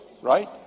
right